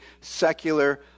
secular